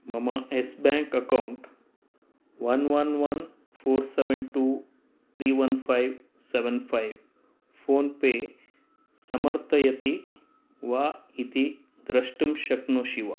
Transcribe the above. मम yes bank account one one one four seven two three one five seven five PhonePe समर्तयति वा इति द्रष्टुं शक्नोषि वा